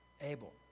Abel